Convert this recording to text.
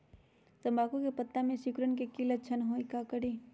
तम्बाकू के पत्ता में सिकुड़न के लक्षण हई का करी?